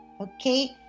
Okay